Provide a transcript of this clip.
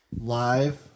Live